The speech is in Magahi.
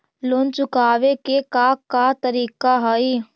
लोन चुकावे के का का तरीका हई?